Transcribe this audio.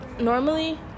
Normally